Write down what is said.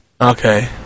okay